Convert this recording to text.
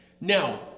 Now